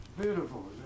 Beautiful